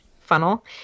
Funnel